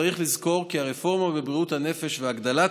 צריך לזכור כי הרפורמה בבריאות הנפש והגדלת